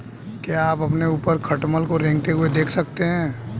क्या आप अपने ऊपर खटमल को रेंगते हुए देख सकते हैं?